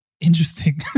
interesting